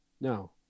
No